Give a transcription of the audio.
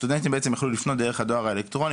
סטודנטים בעצם יכלו לפנות דרך הדואר האלקטרוני.